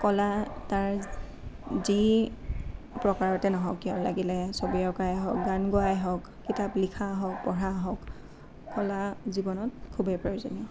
কলা তাৰ যি প্ৰকাৰতে নহওক কিয় লাগিলে ছবি অঁকাই হওক গান গোৱাই হওক কিতাপ লিখা হওক পঢ়া হওক কলা জীৱনত খুবেই প্ৰয়োজনীয়